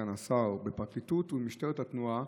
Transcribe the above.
סגן השר: בפרקליטות ובמשטרת התנועה